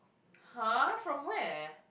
!huh! from where